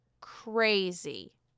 crazy